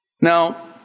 Now